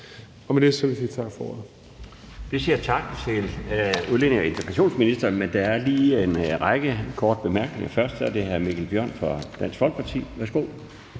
formand (Bjarne Laustsen): Vi siger tak til udlændinge- og integrationsministeren, men der er en række korte bemærkninger. Først er det hr. Mikkel Bjørn fra Dansk Folkeparti. Værsgo.